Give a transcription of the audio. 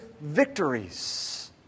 victories